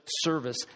service